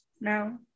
now